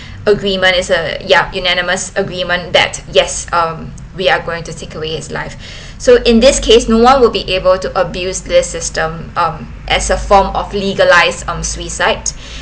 agreement is a ya unanimous agreement that yes um we are going to take away his life so in this case no one will be able to abuse this system um as a form of legalised on suicide